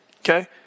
okay